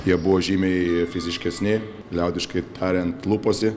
jie buvo žymiai fiziškesni liaudiškai tariant luposi